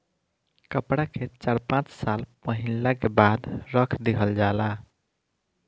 कपड़ा के चार पाँच साल पहिनला के बाद रख दिहल जाला